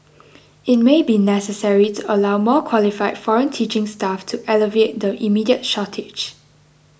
it may be necessary to allow more qualified foreign teaching staff to alleviate the immediate shortage